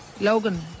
Logan